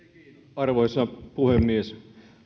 arvoisa puhemies keskustelu